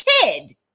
kid